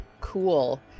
Cool